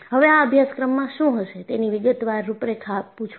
હવે આ અભ્યાસક્રમમાં શું હશે તેની વિગતવાર રૂપરેખા આપુ છું